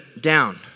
down